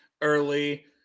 early